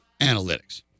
analytics